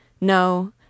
No